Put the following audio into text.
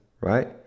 right